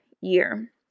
year